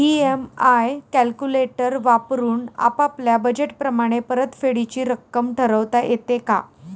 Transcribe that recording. EMI calculator वापरून आपापल्या budget प्रमाणे परतफेडीची रक्कम ठरवता येते का?